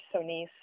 Sonice